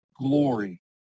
glory